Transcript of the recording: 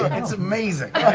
it's amazing.